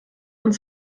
und